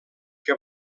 què